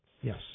Yes